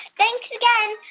thanks again.